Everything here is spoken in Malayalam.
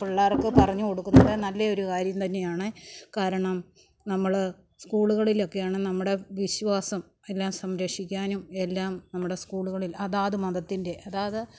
പിള്ളേർക്ക് പറഞ്ഞുകൊടുക്കുന്നത് നല്ലെയൊരു കാര്യം തന്നെയാണ് കാരണം നമ്മൾ സ്കൂളുകളിലൊക്കെയാണ് നമ്മുടെ വിശ്വാസം എല്ലാം സംരക്ഷിക്കാനും എല്ലാം നമ്മുടെ സ്കൂളുകളിൽ അതാത് മതത്തിൻ്റെ അതാത്